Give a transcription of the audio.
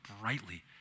brightly